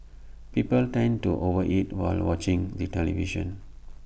people tend to over eat while watching the television